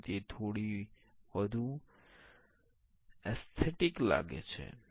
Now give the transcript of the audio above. તેથી તે થોડી વધુ એસ્થેટિક લાગે છે